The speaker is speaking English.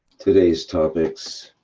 today's topics.